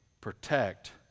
protect